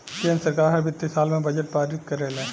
केंद्र सरकार हर वित्तीय साल में बजट पारित करेले